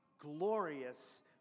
glorious